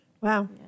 Wow